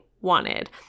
wanted